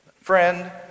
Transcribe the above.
friend